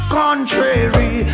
contrary